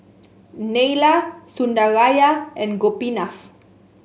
Neila Sundaraiah and Gopinath